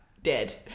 Dead